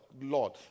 Lord